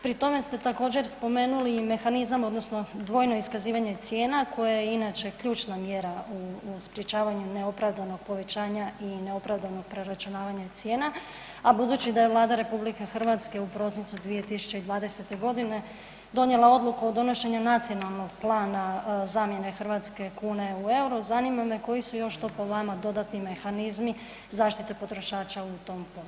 Pri tome sta također spomenuli i mehanizam odnosno dvojno iskazivanje cijena koja je inače ključna mjera u sprječavanju neopravdanog povećanja i neopravdanog preračunavanja cijena, a budući da je Vlada RH u prosincu 2020.g. donijela Odluku o donošenju nacionalnog plana zamjene hrvatske kune u EUR-o, zanima me koji su još to po vama dodatni mehanizmi zaštite potrošača u tom području?